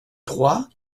trois